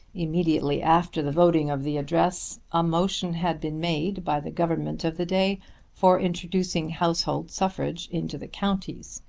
immediately after the voting of the address, a motion had been made by the government of the day for introducing household suffrage into the counties.